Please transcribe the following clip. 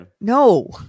No